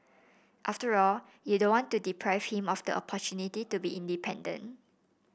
after all you don't want to deprive him of the opportunity to be independent